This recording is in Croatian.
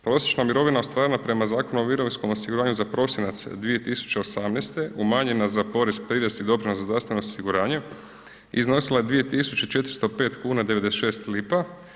Prosječna mirovina ostvarena prema Zakonu o mirovinskom osiguranju za prosinac 2018. umanjena za porez, prirez i doprinos za zdravstveno osiguranje iznosila je 2.405,96 lipa.